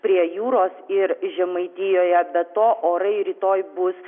prie jūros ir žemaitijoje be to orai rytoj bus